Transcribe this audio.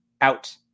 Out